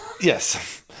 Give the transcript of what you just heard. Yes